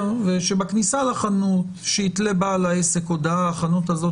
בכניסה לחנות בעל העסק יתלה מודעה שהחנות הזאת,